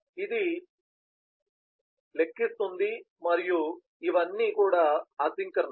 ఇది లెక్కిస్తుంది మరియు ఇవన్నీ అసింక్రోనస్